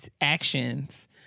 actions